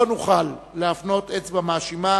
לא נוכל להפנות אצבע מאשימה